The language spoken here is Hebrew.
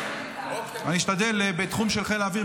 אני אשתדל שבתחום של חיל האוויר,